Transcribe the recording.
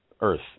earth